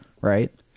right